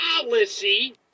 policy